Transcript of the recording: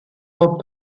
hop